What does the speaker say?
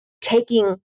taking